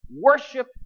Worship